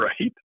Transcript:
Right